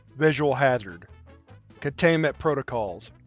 visual hazard containment protocols